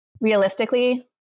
Realistically